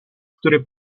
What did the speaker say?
który